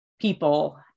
people